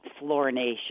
fluorination